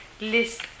list